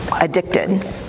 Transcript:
addicted